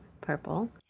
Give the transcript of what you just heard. purple